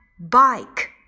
Bike